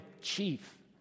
chief